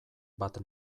bat